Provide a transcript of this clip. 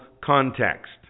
context